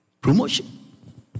Promotion